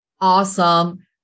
awesome